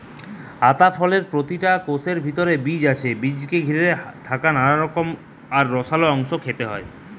আতা ফলের প্রতিটা কোষের ভিতরে বীজ আছে বীজকে ঘিরে থাকা নরম আর রসালো অংশ খেতে হয়